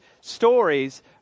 stories